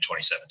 2017